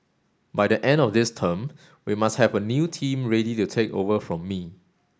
by the end of this term we must have a new team ready to take over from me